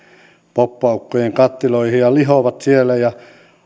poppaukkojen kattiloihin ja lihovat siellä ja